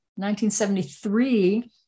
1973